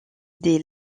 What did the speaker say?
des